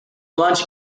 lunch